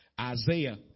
Isaiah